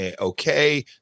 Okay